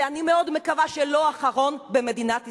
ואני מאוד מקווה שלא האחרון במדינת ישראל,